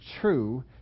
true